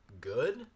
good